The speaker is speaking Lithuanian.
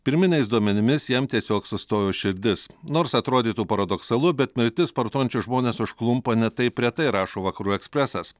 pirminiais duomenimis jam tiesiog sustojo širdis nors atrodytų paradoksalu bet mirtis sportuojančius žmones užklumpa ne taip retai rašo vakarų ekspresas